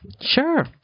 Sure